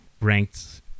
ranked